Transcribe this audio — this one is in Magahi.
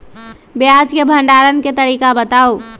प्याज के भंडारण के तरीका बताऊ?